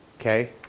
Okay